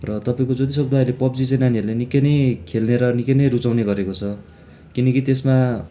र तपाईँको जतिसक्दो अहिले पब्जी चाहिँ नानीहरूले निकै नै खेलेर निकै नै रुचाउने गरेको छ किनकि त्यसमा